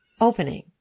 opening